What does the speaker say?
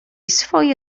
swoje